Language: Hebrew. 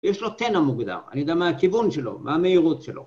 יש לו תן המוגדר, אני יודע מה הכיוון שלו, מה המהירות שלו.